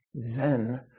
Zen